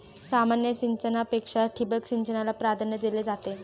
सामान्य सिंचनापेक्षा ठिबक सिंचनाला प्राधान्य दिले जाते